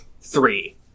three